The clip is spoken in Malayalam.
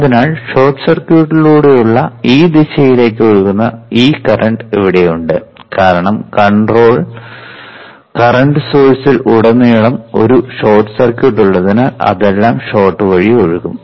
അതിനാൽ ഷോർട്ട് സർക്യൂട്ടിലൂടെ ഈ ദിശയിലേക്കു ഒഴുകുന്ന ഈ കറന്റ് ഇവിടെയുണ്ട് കാരണം കൺട്രോൾ കറന്റ് സോഴ്സിൽ ഉടനീളം ഒരു ഷോർട്ട് സർക്യൂട്ട് ഉള്ളതിനാൽ അതെല്ലാം ഷോർട്ട് വഴി ഒഴുകും